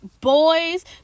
boys